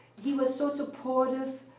he was so supportive.